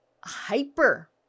hyper